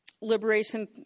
liberation